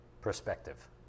Perspective